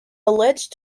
alleged